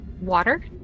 Water